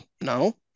no